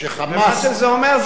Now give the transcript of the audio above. מה שבעצם זה אומר,